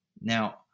Now